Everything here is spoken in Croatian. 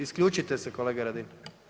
Isključite se kolega Radin.